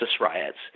riots